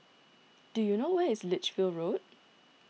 do you know where is Lichfield Road